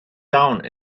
down